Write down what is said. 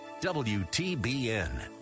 WTBN